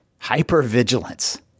Hypervigilance